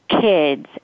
kids